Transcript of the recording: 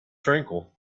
tranquil